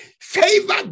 Favor